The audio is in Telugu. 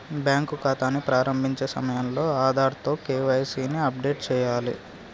బ్యాంకు ఖాతాని ప్రారంభించే సమయంలో ఆధార్తో కేవైసీ ని అప్డేట్ చేయాలే